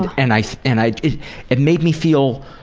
and i and i it it made me feel